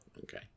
Okay